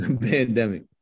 Pandemic